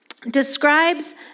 describes